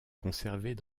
conservées